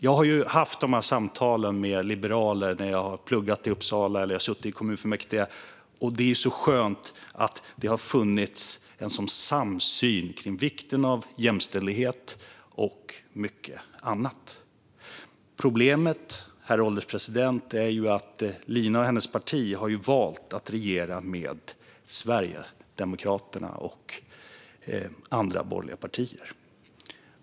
Jag har haft samtal med liberaler när jag har pluggat i Uppsala eller suttit i kommunfullmäktige. Det har varit skönt att det har funnits samsyn om vikten av jämställdhet och mycket annat. Herr ålderspresident! Problemet är att Lina och hennes parti har valt att regera tillsammans med Sverigedemokraterna och andra borgerliga partier.